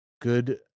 good